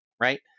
right